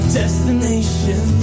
destination